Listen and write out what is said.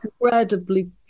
incredibly